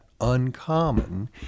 uncommon